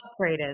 upgraded